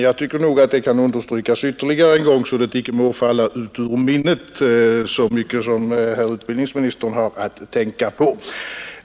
Jag tycker dock att det kan understrykas ytterligare en gång, för att det icke må falla utbildningsministern ur minnet, så mycket som han har att tänka på.